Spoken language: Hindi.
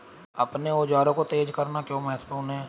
अपने औजारों को तेज करना क्यों महत्वपूर्ण है?